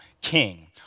King